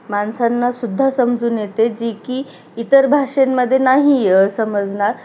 माणसांनासुद्धा समजून येते जी की इतर भाषांमध्ये नाही समजणार